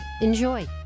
Enjoy